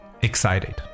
excited